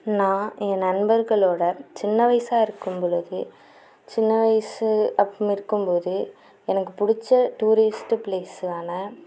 நான் என் நண்பர்களோட சின்ன வயசாக இருக்கும் பொழுது சின்ன வயசு அப்படி இருக்கும் பொழுது எனக்கு பிடிச்ச டூரிஸ்ட்டு பிளேஸ் ஆன